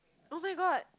oh-my-god